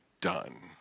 done